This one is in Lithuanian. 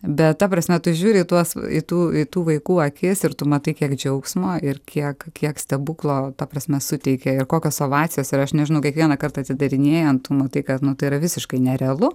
bet ta prasme tu žiūri į tuos į tų į tų vaikų akis ir tu matai kiek džiaugsmo ir kiek kiek stebuklo ta prasme suteikia ir kokios ovacijos ir aš nežinau kiekvieną kartą atidarinėjant tu matai kad nu tai yra visiškai nerealu